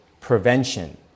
prevention